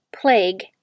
plague